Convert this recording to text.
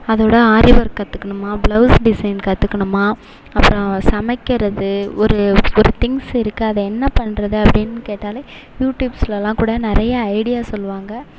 அதோடு ஆரி ஒர்க் கத்துக்கணுமா blouse design கத்துக்கணுமா அப்பறம் சமைக்கிறது ஒரு ஒரு திங்ஸ் இருக்கு அதை என்ன பண்ணுறது அப்படின்னு கேட்டால் யூடுயூப்ஸ்லலாம் கூட நிறைய ஐடியா சொல்வாங்க